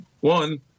one